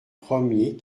premiers